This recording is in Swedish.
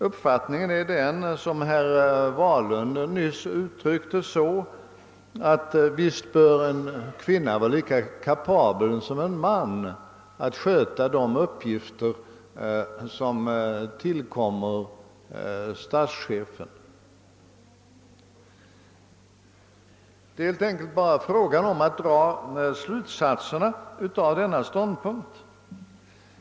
Visst bör som herr Wahlund uttryckte det en kvinna vara lika kapabel som en man att sköta de uppgifter som tillkommer statschefen. Det blir helt enkelt bara fråga om att dra slutsatserna av detta konstaterande.